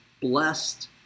blessed